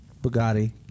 Bugatti